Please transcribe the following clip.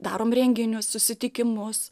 darom renginius susitikimus